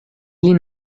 lin